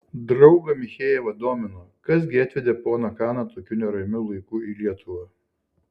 draugą michejevą domino kas gi atvedė poną kaną tokiu neramiu laiku į lietuvą